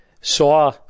saw